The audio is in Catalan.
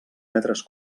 metres